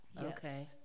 Okay